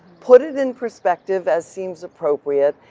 put it in perspective as seems appropriate,